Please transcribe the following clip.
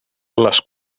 les